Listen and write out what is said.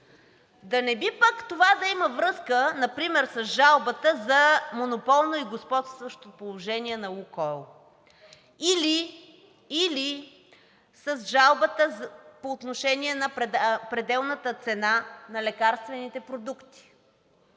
Да не би пък това да има връзка например с жалбата за монополно и господстващо положение на „Лукойл“, или с жалбата по отношение на пределната цена на лекарствените продукти,